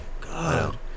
god